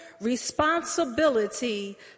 responsibility